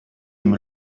dem